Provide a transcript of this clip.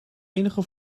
enige